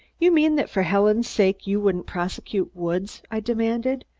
you mean that for helen's sake you wouldn't prosecute woods? i demanded.